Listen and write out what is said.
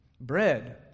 Bread